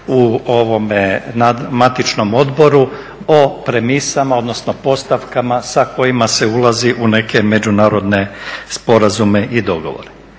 u matičnom odboru o premisama odnosno postavkama sa kojima se ulazi u neke međunarodne sporazume i dogovore.